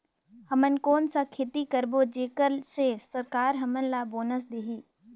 हमन कौन का खेती करबो जेकर से सरकार हमन ला बोनस देही?